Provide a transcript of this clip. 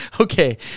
Okay